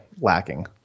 lacking